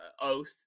oath